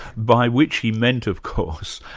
by which he meant of course,